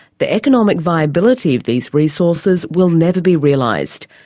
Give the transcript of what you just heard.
the economic viability of these resources will never be realised.